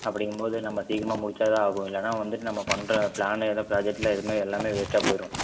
அப்படிங்கும்போது நம்ம சீக்கிரமாக முடிச்சா தான் ஆகும் இல்லைன்னா வந்துவிட்டு நம்ம பண்ணுற பிளான் எதுவும் ப்ராஜெக்ட்டில் எதுவுமே எல்லாமே வேஸ்டாக போயிரும்